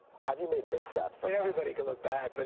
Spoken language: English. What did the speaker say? have you made missteps? i mean everybody can look back. but